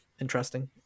interesting